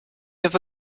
have